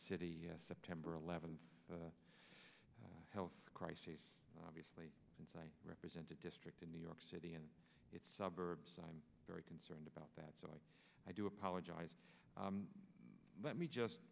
city september eleventh the health crises obviously since i represent a district in new york city and its suburbs i'm very concerned about that so i i do apologize let me just